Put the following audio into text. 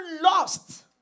lost